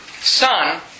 son